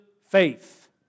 faith